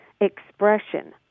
expression